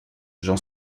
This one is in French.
j’en